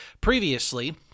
previously